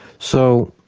so